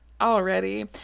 already